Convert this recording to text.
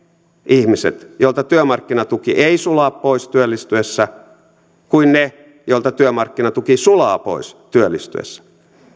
ihmiset joilta työmarkkinatuki ei sula pois työllistyessä kuin ne joilta työmarkkinatuki sulaa pois työllistyessä